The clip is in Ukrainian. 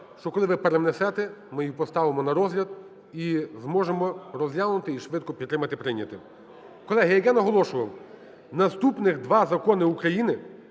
що коли ви перенесете, ми її поставимо на розгляд і зможемо розглянути і швидко підтримати, прийняти. Колеги, як я наголошував, наступних два закони України